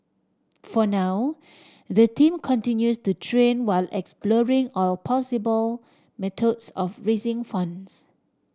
for now the team continues to train while exploring all possible methods of raising funds